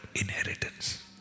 inheritance